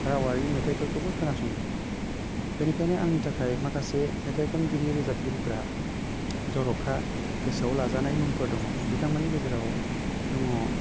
रावारि मेथाइफोरखौबो खोनासङो बेनिखायनो आंनि थाखाय माखासे मेथाइ खनगिरि रोजाबगिरिफोरा जर'खा गोसोआव लाजानाय मुंफोर दङ बिथांमोननि गेजेराव दङ